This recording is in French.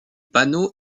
panneau